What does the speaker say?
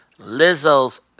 Lizzo's